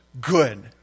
good